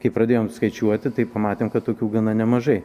kai pradėjom skaičiuoti tai pamatėm kad tokių gana nemažai